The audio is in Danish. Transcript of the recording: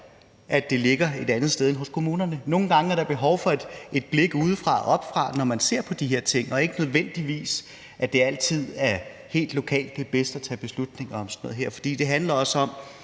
at det ligger et andet sted end hos kommunerne. Nogle gange er der behov for et blik udefra og oppefra, når man ser på de her ting, og det er ikke nødvendigvis altid bedst helt lokalt at tage beslutninger om sådan noget her. For det handler også om,